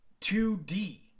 2D